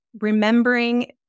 remembering